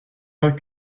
pas